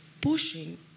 pushing